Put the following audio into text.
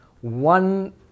One